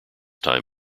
time